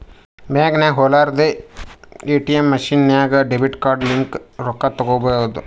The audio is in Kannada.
ಬ್ಯಾಂಕ್ಗ ಹೊಲಾರ್ದೆ ಎ.ಟಿ.ಎಮ್ ಮಷಿನ್ ನಾಗ್ ಡೆಬಿಟ್ ಕಾರ್ಡ್ ಲಿಂತ್ ರೊಕ್ಕಾ ತೇಕೊಬೋದ್